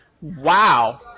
wow